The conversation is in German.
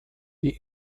die